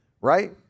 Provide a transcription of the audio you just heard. right